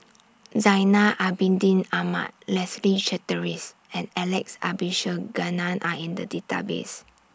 Zainal Abidin Ahmad Leslie Charteris and Alex Abisheganaden Are in The Database